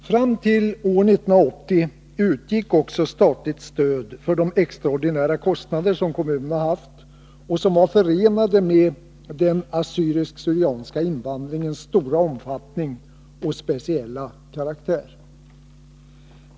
Fram till år 1980 utbetalades också statligt stöd för de extraordinära kostnader som kommunen haft och som var förenade med den assyrisksyrianska invandringens stora omfattning och speciella karaktär.